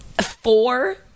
four